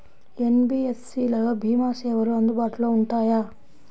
NBFC లలో భీమా సేవలు అందుబాటులో ఉంటాయా?